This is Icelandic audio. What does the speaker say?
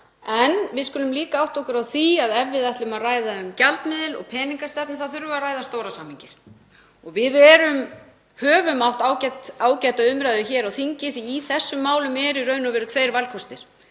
En við skulum líka átta okkur á því að ef við ætlum að ræða um gjaldmiðil og peningastefnu þá þurfum við að ræða stóra samhengið. Við höfum átt ágæta umræðu hér á þingi. Í þessum málum eru í raun og veru tveir valkostir.